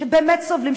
שבאמת סובלים,